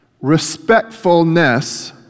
respectfulness